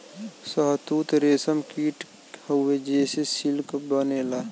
शहतूत रेशम कीट हउवे जेसे सिल्क बनेला